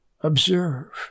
observe